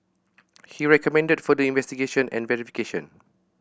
he recommended further investigation and verification